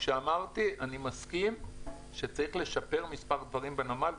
אני מסכים שצריך לשפר מספר דברים בנמל,